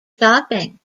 shopping